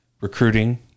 recruiting